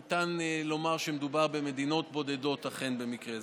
ניתן לומר שאכן מדובר במדינות בודדות, במקרה זה.